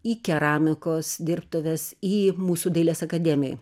į keramikos dirbtuves į mūsų dailės akademijoj